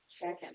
Second